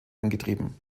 angetrieben